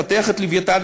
לפתח את "לווייתן",